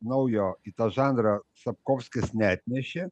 naujo į tą žanrą sapkovskis neatnešė